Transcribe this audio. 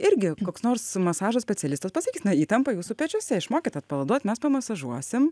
irgi koks nors masažo specialistas pasakys na įtampa jūsų pečiuose išmokit atpalaiduot mes pamasažuosim